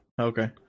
Okay